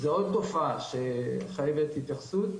זו עוד תופעה שחייבת התייחסות.